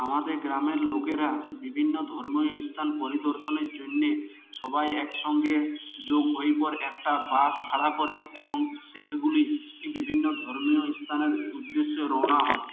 আমাদের গ্রামের লোকেরা বিভিন্ন ধর্মস্থান পরিদর্শনের জন্যে সবাই একসঙ্গে যোগ হয়ে পর একটা বাস ভাড়া করে এবং সেখাগুলি এ বিভিন্ন ধর্মীয় স্থানের উদ্দেশ্যেও রওনা হয়